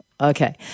okay